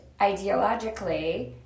ideologically